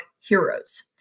heroes